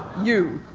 you!